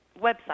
website